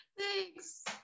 thanks